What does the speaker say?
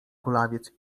kulawiec